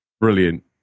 Brilliant